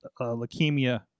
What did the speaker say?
leukemia